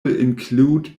include